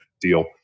deal